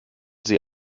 sie